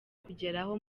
kugeraho